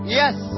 yes